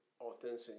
authentic